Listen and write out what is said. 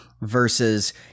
versus